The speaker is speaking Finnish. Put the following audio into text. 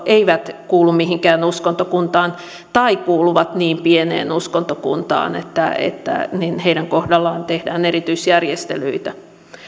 eivät kuulu mihinkään uskontokuntaan tai kuuluvat niin pieneen uskontokuntaan että että heidän kohdallaan tehdään erityisjärjestelyitä